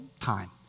time